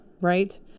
right